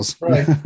right